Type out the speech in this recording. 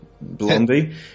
Blondie